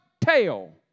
tail